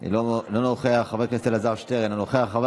שמילא את התפקיד כממלא מקום, לפי סעיף